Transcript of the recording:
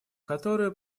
которую